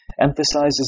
emphasizes